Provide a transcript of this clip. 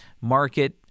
market